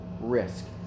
risk